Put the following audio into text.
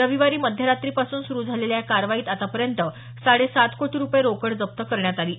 रविवारी मध्यरात्रीपासून सुरू झालेल्या या कारवाईत आतापर्यंत साडे सात कोटी रुपये रोकड जप्त करण्यात आली आहे